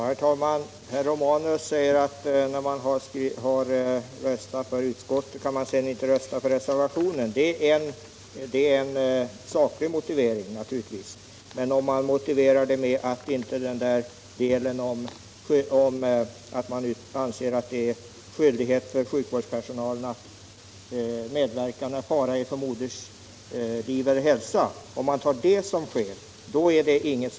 Herr talman! Herr Romanus menar att han när han står bakom utskottets hemställan inte kan rösta för reservationen. Det är naturligtvis en saklig motivering. Men om man anför att det i reservationen saknas ett uttalande om att man anser att det är en skyldighet för sjukvårdspersonalen att medverka när det är fara för moderns liv eller hälsa, är det inget som helst skäl för avslag.